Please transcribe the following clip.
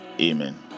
amen